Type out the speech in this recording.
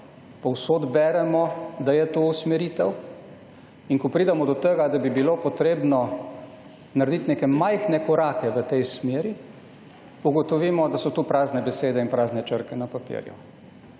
Povsod beremo, da je to usmeritev. In ko pridemo do tega, da bi bilo potrebno narediti neke majhne korake v tej smeri, ugotovimo, da so to prazne besede in prazne črke na papirju.